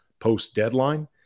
post-deadline